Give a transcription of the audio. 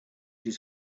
his